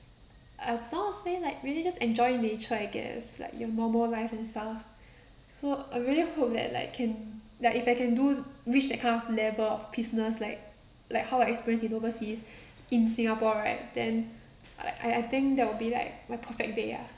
I don't know how to say like really just enjoy nature I guess like your normal life and stuff so I really hope that like can like if I can do reach that kind of level of peaceness like like how I experience in overseas in singapore right then I I I think that will be like my perfect day lah